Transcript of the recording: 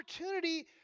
opportunity